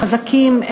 החזקים,